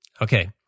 Okay